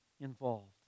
involved